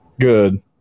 Good